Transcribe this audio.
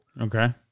Okay